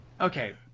Okay